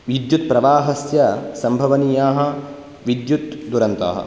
विद्युत्प्रवाहस्य सम्भवनीयाः विद्युत् दुरन्ताः